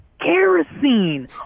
kerosene